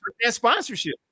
sponsorship